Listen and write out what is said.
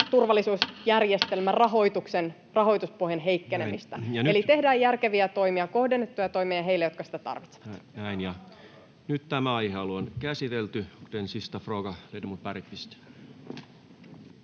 turvallisuusjärjestelmän — rahoituspohjan heikkenemistä. Eli tehdään järkeviä toimia ja kohdennettuja toimia heille, jotka sitä tarvitsevat. [Speech 99] Speaker: